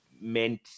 meant